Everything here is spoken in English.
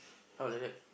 how like that